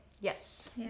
Yes